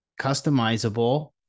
customizable